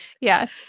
Yes